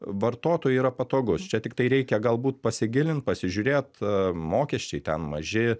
vartotojui yra patogus čia tiktai reikia galbūt pasigilint pasižiūrėt mokesčiai ten maži